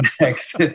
next